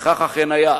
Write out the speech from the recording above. וכך אכן היה,